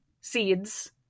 seeds